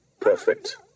Perfect